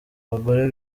bagore